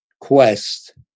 quest